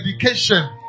education